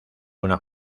una